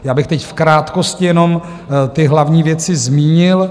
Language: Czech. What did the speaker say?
Já bych teď v krátkosti jenom ty hlavní věci zmínil.